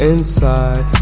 Inside